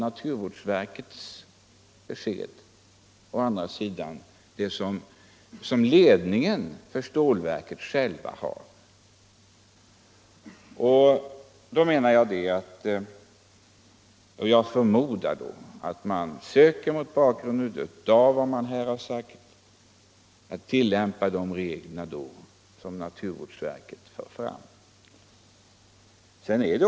Naturvårdsverkets siffror och uppgifter skiljer sig helt från dem som ledningen för stålverket har lämnat. Mot bakgrund av vad som här har sagts förmodar jag att man tillämpar de regler som naturvårdsverket för fram.